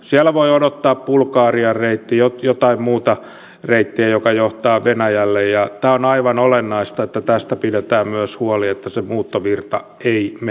siellä voi odottaa bulgarian reitti jokin muu reitti joka johtaa venäjälle ja tämä on aivan olennaista että tästä pidetään myös huoli että se muuttovirta ei mene sinne